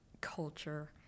culture